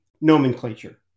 Nomenclature